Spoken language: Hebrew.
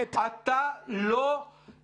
למה, אתה אמרת למצביעים שלך אמת?